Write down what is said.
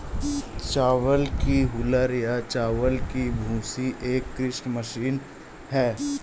चावल की हूलर या चावल की भूसी एक कृषि मशीन है